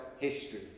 history